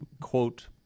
quote